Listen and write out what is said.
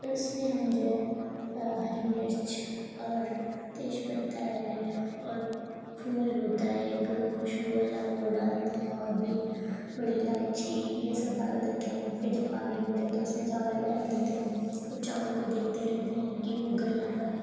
پھر اس میں ہم جو ہے ہری مرچ اور تیج پتہ ہے اور پھول ہوتا ہے ایک خوشبو والا وہ ڈال دیتے ہیں اور بھی بڑی الائچی یہ سب ڈال دیتے ہیں پھر جب پانی ہو جائے تو اس میں چاول ڈال دیتے ہیں اور چاول کو دیکھتے رہتے ہیں کہ وہ گل نہ پائے